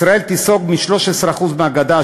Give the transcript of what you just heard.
ישראל תיסוג מ-13% מהגדה,